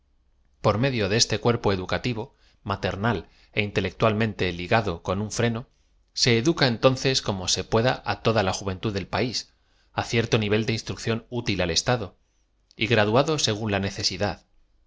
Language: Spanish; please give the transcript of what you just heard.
r medio de este cuerpo educativo m aternal é intelectualmente li gado con un f n o se educa entonces como se pueda á toda la juventud del país á cierto nivel de instruc ción útil al estado y graduado según la necesidad